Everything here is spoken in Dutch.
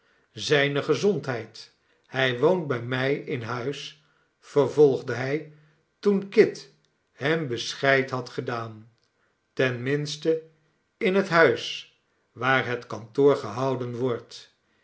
zijne gezondheid hij woont bij mij in huis vervolgde hij toen kit hem bescheid had gedaan ten minste in het huis waar het kantoor gehouden wordt